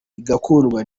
igakundwa